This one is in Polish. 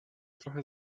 trochę